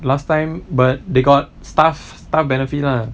last time but they got staff staff benefit lah